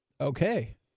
Okay